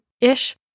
ish